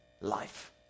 life